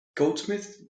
goldsmith